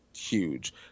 huge